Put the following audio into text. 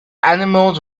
animals